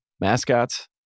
mascots